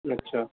جی اچھا